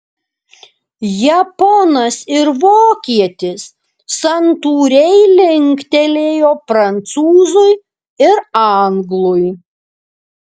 japonas ir vokietis santūriai linktelėjo prancūzui ir anglui